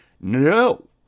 No